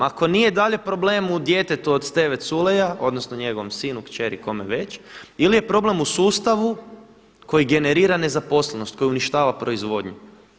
Ako nije da li je problem u djetetu od Steve Culeja, odnosno njegovom sinu, kćeri, kome već ili je problem u sustavu koji generira nezaposlenost, koji uništava proizvodnju?